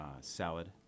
salad